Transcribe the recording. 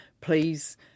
please